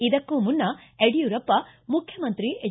ಇದಕ್ಕೂ ಮುನ್ನ ಯಡ್ಕೂರಪ್ಪ ಮುಖ್ಯಮಂತ್ರಿ ಎಚ್